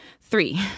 Three